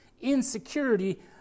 Insecurity